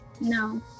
No